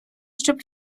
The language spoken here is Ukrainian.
щоб